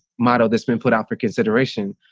model that's been put out for consideration.